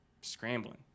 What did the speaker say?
scrambling